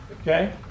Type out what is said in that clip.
Okay